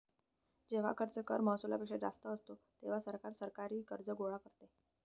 जेव्हा खर्च कर महसुलापेक्षा जास्त असतो, तेव्हा सरकार सरकारी कर्ज गोळा करते